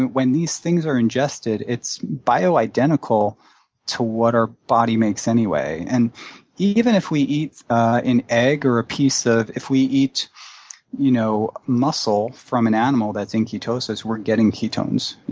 and when these things are ingested, it's bioidentical to what our body makes anyway. and even if we eat an egg or a piece of if we eat you know muscle from an animal that's in ketosis, we're getting ketones,